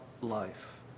life